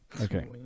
Okay